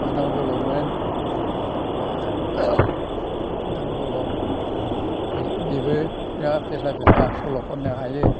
बुदांबुलबमोन बुदांबुलब बेबो जा फेस्ला फेस्ला सल' खननो हायो